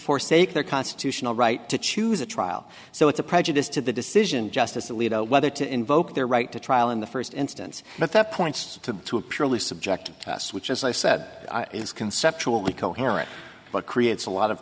forsake their constitutional right to choose a trial so it's a prejudice to the decision justice alito whether to invoke their right to trial in the first instance but that points to to a purely subjective tests which as i said is conceptually coherent but creates a lot of